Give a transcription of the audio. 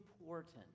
important